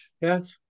yes